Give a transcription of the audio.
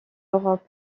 europe